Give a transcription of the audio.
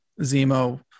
zemo